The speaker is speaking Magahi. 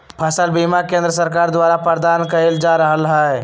फसल बीमा केंद्र सरकार द्वारा प्रदान कएल जा रहल हइ